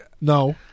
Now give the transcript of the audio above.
no